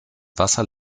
wasser